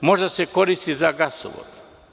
Može da se koristi za gasovo.